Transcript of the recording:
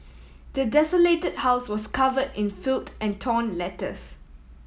the desolated house was covered in filth and torn letters